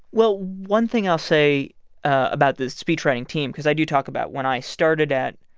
well, one thing i'll say about this speechwriting team because i do talk about when i started at.